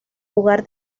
lugar